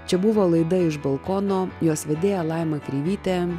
čia buvo laida iš balkono jos vedėja laima kreivytė